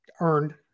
earned